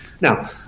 Now